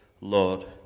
Lord